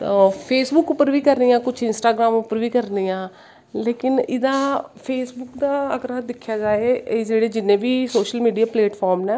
ते फेसबुक पर बी करनी आं कुश इंस्टाग्रम उप्पर बी करनी आं लेकिन एह्दा फेसबुक दा अगर अस अगर दिक्खेआ जाए जिन्ने बा सोशल मीडिया प्लेयफार्म नै